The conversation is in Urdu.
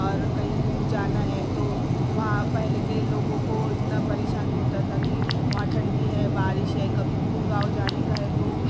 اور کہیں دور جانا ہے تو وہاں پہلے کے لوگوں کو اتنا پریشانی ہوتا تھا کہ وہاں ٹھنڈی ہے بارش ہے کبھی دور گاؤں جانے کا ہے تو